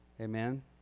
Amen